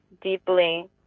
deeply